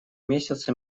месяцы